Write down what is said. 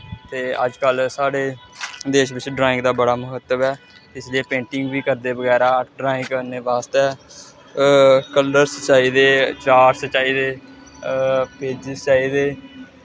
ते अजकल्ल साढ़े देश बिच्च ड्राईंग दा बड़ा म्हत्तव ऐ इसलै पेंटिंग बी करदे बगैरा ड्राईंग करने बास्तै कलर्स चाहिदे चार्ट्स चाहिदे पेजिस चाहिदे